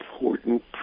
important